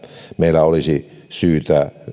meillä olisi syytä